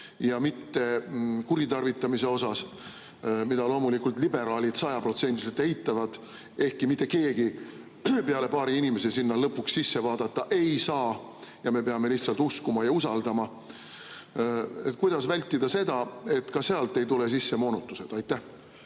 ja mittekuritarvitamise suhtes, mida loomulikult liberaalid sajaprotsendiliselt eitavad, ehkki mitte keegi peale paari inimese sinna lõpuks sisse vaadata ei saa, me peame lihtsalt uskuma ja usaldama. Kuidas vältida seda, et ka sealt ei tule sisse moonutused? Aitäh,